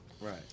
Right